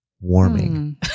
Warming